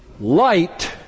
Light